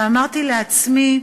ואמרתי לעצמי: